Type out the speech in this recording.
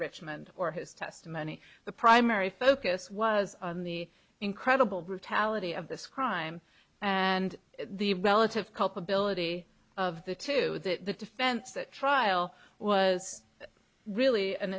richmond or his testimony the primary focus was on the incredible brutality of this crime and the relative culpability of the to the defense that trial was really an